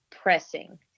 pressing